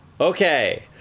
Okay